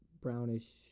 brownish